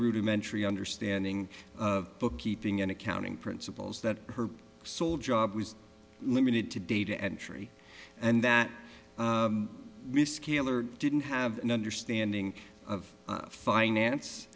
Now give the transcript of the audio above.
rudimentary understanding of bookkeeping and accounting principles that her sole job was limited to data entry and that miss keeler didn't have an understanding of finance